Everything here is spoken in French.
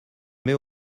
mets